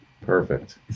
Perfect